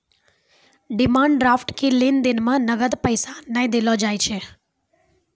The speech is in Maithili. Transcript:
डिमांड ड्राफ्ट के लेन देन मे नगद पैसा नै देलो जाय छै